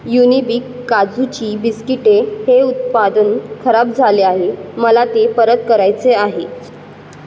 युनिबिक काजूची बिस्किटे हे उत्पादन खराब झाले आहे मला ते परत करायचे आहे